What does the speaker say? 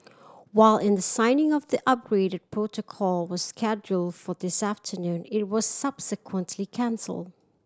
while in the signing of the upgraded protocol was scheduled for this afternoon it was subsequently cancelled